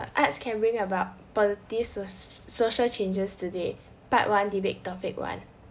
arts can bring about positive social changes today but one debate topic one